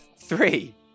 Three